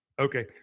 Okay